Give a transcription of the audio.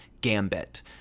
gambit